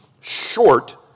short